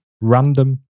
random